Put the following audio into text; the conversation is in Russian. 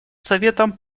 советом